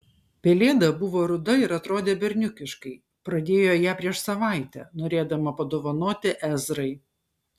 pelėda buvo ruda ir atrodė berniukiškai pradėjo ją prieš savaitę norėdama padovanoti ezrai